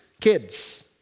kids